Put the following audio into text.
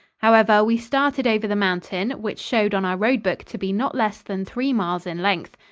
however, we started over the mountain, which showed on our road-book to be not less than three miles in length.